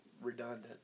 redundant